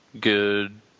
Good